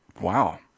Wow